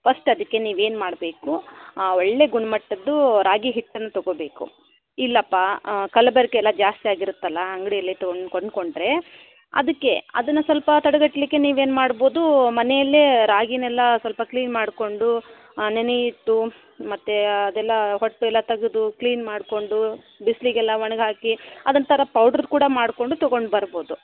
first ಅದಕ್ಕೆ ನೀವು ಏನು ಮಾಡಬೇಕು ಒಳ್ಳೆಯ ಗುಣಮಟ್ಟದ್ದು ರಾಗಿ ಹಿಟ್ಟನ್ನು ತೊಗೋಬೇಕು ಇಲ್ಲಪ್ಪಾ ಕಲಬೆರ್ಕೆ ಎಲ್ಲ ಜಾಸ್ತಿಯಾಗಿರುತ್ತಲ್ಲ ಅಂಗಡೀಲಿ ತೊ ಕೊಂಡುಕೊಂಡ್ರೆ ಅದಕ್ಕೆ ಅದನ್ನ ಸ್ವಲ್ಪ ತಡೆಗಟ್ಲಿಕ್ಕೆ ನೀವು ಏನು ಮಾಡ್ಬೋದು ಮನೆಯಲ್ಲೇ ರಾಗಿನೆಲ್ಲ ಸ್ವಲ್ಪ ಕ್ಲೀನ್ ಮಾಡಿಕೊಂಡು ನೆನೆಯಿಟ್ಟು ಮತ್ತು ಅದೆಲ್ಲ ಹೊಟ್ಟು ಎಲ್ಲ ತೆಗೆದು ಕ್ಲೀನ್ ಮಾಡಿಕೊಂಡು ಬಿಸಿಲಿಗೆಲ್ಲ ಒಣಗಿ ಹಾಕಿ ಅದೊಂಥರ ಪೌಡ್ರು ಕೂಡ ಮಾಡಿಕೊಂಡು ತೊಗೊಂಡು ಬರ್ಬೋದು